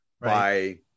by-